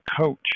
coach